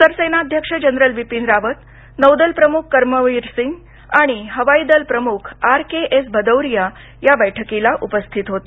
सरसेनाध्यक्ष जनरल बिपिन रावत नौदल प्रमुख कर्मवीर सिंग आणि हवाईदल प्रमुख आर के एस भदौरिया या बैठकीला उपस्थित होते